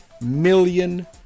million